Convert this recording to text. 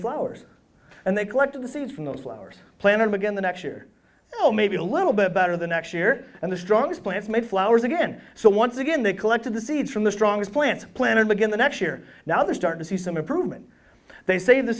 flowers and they collected the seeds from those flowers planted again the next year well maybe a little bit better the next year and the strongest plants may flowers again so once again they collected the seeds from the strongest plant planted again the next year now they start to see some improvement they say th